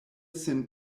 sin